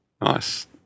Nice